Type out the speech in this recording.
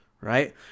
right